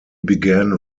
began